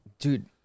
Dude